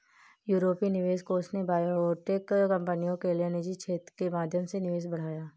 यूरोपीय निवेश कोष ने बायोटेक कंपनियों के लिए निजी क्षेत्र के माध्यम से निवेश बढ़ाया